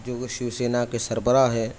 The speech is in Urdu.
جوکہ شیو سینا کے سربراہ ہے